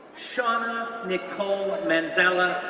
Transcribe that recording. shuana nicole and menzella,